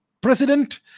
president